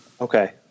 Okay